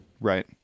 right